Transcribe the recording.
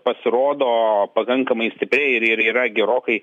pasirodo pakankamai stipriai ir ir yra gerokai